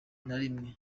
narimwe